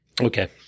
Okay